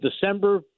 December